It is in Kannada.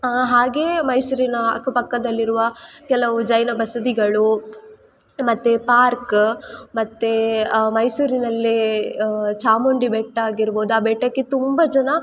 ಹಾಗೇ ಮೈಸೂರಿನ ಅಕ್ಕಪಕ್ಕದಲ್ಲಿರುವ ಕೆಲವು ಜೈನ ಬಸದಿಗಳು ಮತ್ತೆ ಪಾರ್ಕ್ ಮತ್ತೆ ಮೈಸೂರಿನಲ್ಲಿ ಚಾಮುಂಡಿಬೆಟ್ಟ ಆಗಿರ್ಬೋದು ಆ ಬೆಟ್ಟಕ್ಕೆ ತುಂಬ ಜನ